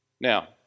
Now